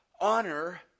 honor